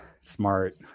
smart